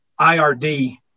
IRD